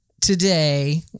today